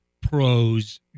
pros